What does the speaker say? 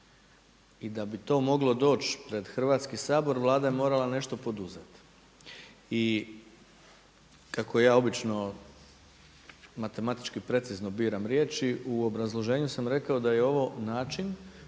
i da bi to moglo doći pred Hrvatski sabor, Vlada je morala nešto poduzeti i kako ja obično matematički precizno biram riječi u obrazloženju sam rekao da je ovo način